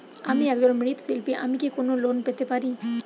আমি একজন মৃৎ শিল্পী আমি কি কোন লোন পেতে পারি?